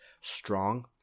strong